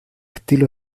estilo